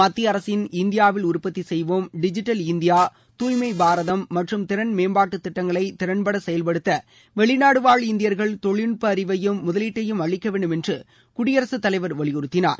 மத்திய அரசின் இந்தியாவில் உற்பத்தி செய்வோம் டிஜிட்டல் இந்தியா தூய்மை பாரதம் மற்றும் திறன் மேம்பாட்டு திட்டங்களை திறன்பட செயல்படுத்த வெளிநாடு வாழ் இந்தியர்கள் தொழில்நுட்ப அறிவையும் முதலீட்டையும் அளிக்க வேண்டும் என்று குடியரசு தலைவர் வலியுறுத்தினார்